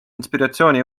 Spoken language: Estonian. inspiratsiooni